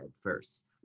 first